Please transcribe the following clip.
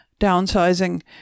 downsizing